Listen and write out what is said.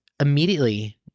immediately